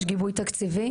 יש גיבוי תקציבי,